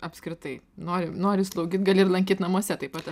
apskritai nori nori slaugyt gali ir lankyt namuose taip pat